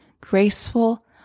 graceful